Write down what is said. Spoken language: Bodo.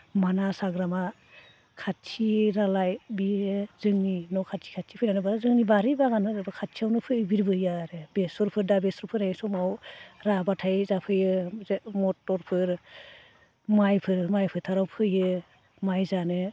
मानास हाग्रामा खाथि नालाय बेयो जोंनि न' खाथि खाथि फैनानैबो जोंनि बारि बागान ओरै खाथियावनो फैनानै बिरबोयो आरो बेसरफोर दा बेसर फोनाय समाव राबाथाय जाफैयो मटरफोर माइफोर माइ फोथाराव फैयो माइ जानो